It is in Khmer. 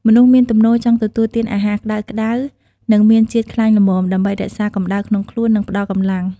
មនុស្សមានទំនោរចង់ទទួលទានអាហារ ក្តៅៗ និងមានជាតិខ្លាញ់ល្មម ដើម្បីរក្សាកម្ដៅក្នុងខ្លួន និងផ្តល់កម្លាំង។